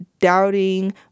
doubting